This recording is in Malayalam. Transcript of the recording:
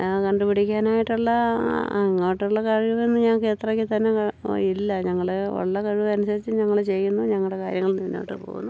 കണ്ടുപിടിക്കാനായിട്ടുള്ള അങ്ങോട്ടുള്ള കഴിവൊന്നും ഞങ്ങൾക്ക് അത്രയ്ക്ക് തന്നെ ഇല്ല ഞങ്ങൾ ഉള്ള കഴിവ് അനുസരിച്ചു ഞങ്ങൾ ചെയ്യുന്നു ഞങ്ങളുടെ കാര്യങ്ങൾ മുന്നോട്ട് പോകുന്നു